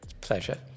Pleasure